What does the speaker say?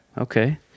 okay